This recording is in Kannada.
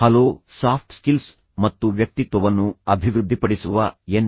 ಹಲೋ ಸಾಫ್ಟ್ ಸ್ಕಿಲ್ಸ್ ಮತ್ತು ವ್ಯಕ್ತಿತ್ವವನ್ನು ಅಭಿವೃದ್ಧಿಪಡಿಸುವ ಎನ್